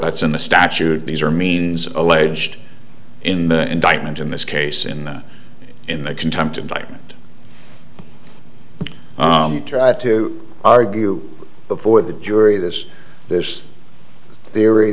that's in the statute these are means alleged in the indictment in this case in the in the contempt indictment try to argue before the jury this this theory